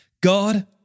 God